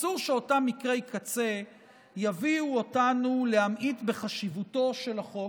אסור שאותם מקרי קצה יביאו אותנו להמעיט בחשיבותו של החוק,